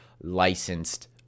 licensed